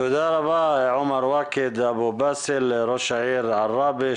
תודה רבה עומר ואכד, ראש העיר עראבה.